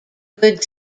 good